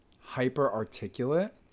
hyper-articulate